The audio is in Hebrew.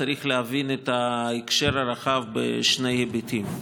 צריך להבין את ההקשר הרחב בשני היבטים: